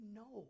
no